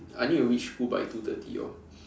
did I need to reach school by two thirty orh